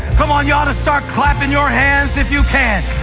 come on. you ought to start clapping your hands if you can.